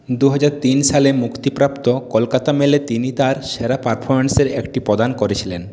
দু হাজার তিন সালে মুক্তিপ্রাপ্ত কলকাতা মেলে তিনি তার সেরা পারফরম্যান্সের একটি প্রদান করেছিলেন